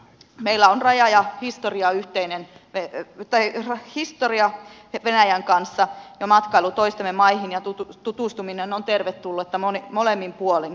meillä on yhteinen raja ja historia venäjän kanssa ja matkailu toistemme maihin ja tutustuminen on tervetullutta molemmin puolin